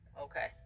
Okay